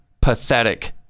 pathetic